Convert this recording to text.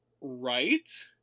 right